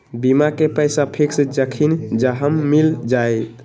बीमा के पैसा फिक्स जखनि चाहम मिल जाएत?